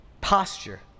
posture